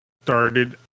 started